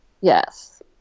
Yes